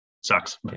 sucks